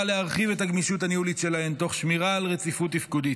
להרחיב את הגמישות הניהולית שלהן תוך שמירה על רציפות תפקודית.